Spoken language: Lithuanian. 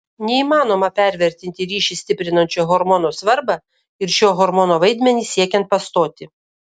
neįmanoma pervertinti ryšį stiprinančio hormono svarbą ir šio hormono vaidmenį siekiant pastoti